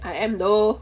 I am though